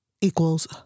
equals